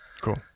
Cool